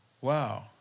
Wow